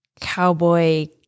cowboy